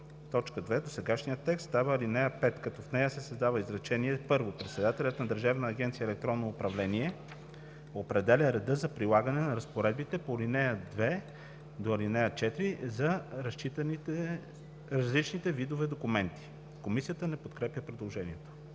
2. Досегашният текст става ал. 5, като в нея се създава изречение първо: „Председателят на Държавна агенция „Електронно управление“ определя реда за прилагане на разпоредбите на ал. 2 – 4 за различните видове документи.“ Комисията не подкрепя предложението.